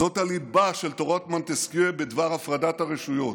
זאת הליבה של תורת מונטסקיה בדבר הפרדת הרשויות: